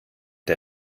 der